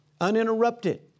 uninterrupted